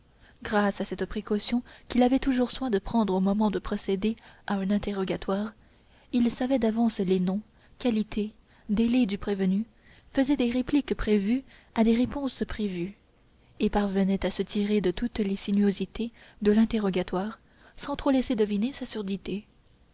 grâce à cette précaution qu'il avait toujours soin de prendre au moment de procéder à un interrogatoire il savait d'avance les noms qualités délits du prévenu faisait des répliques prévues à des réponses prévues et parvenait à se tirer de toutes les sinuosités de l'interrogatoire sans trop laisser deviner sa surdité